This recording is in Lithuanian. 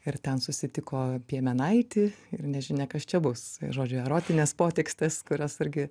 ir ten susitiko piemenaitį ir nežinia kas čia bus žodžiu erotinės potekstės kurios irgi